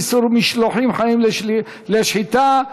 איסור משלוחים חיים לשחיטה),